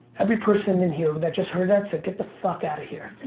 every person in here that just heard that, said, get the fuck outta here.